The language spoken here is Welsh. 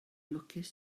lwcus